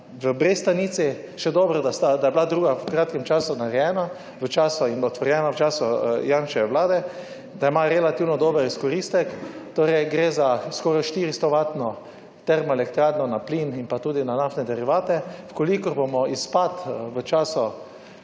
v Brestanici. Še dobro, da je bila druga v kratkem času narejena in otvorjena v času Janševe vlade, da ima relativno dober izkoristek. Torej gre za skoraj štiristo vatno termoelektrarno na plin in pa tudi na naftne derivate. V kolikor bomo izpad v času